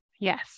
Yes